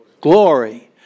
glory